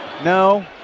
No